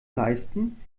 leisten